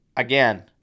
Again